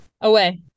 Away